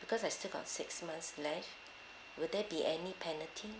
because I still got first six months left will there be any penalty